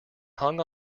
hung